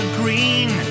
green